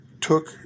took